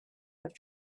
have